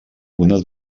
una